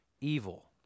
evil